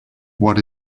what